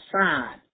side